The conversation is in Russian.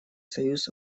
союз